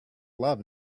love